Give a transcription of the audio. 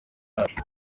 yacu